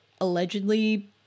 allegedly